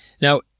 now